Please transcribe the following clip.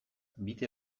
bide